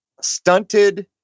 stunted